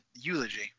eulogy